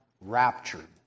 raptured